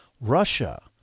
Russia